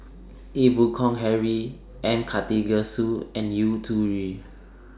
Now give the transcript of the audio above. Ee Boon Kong Henry M Karthigesu and Yu Zhuye